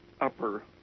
upper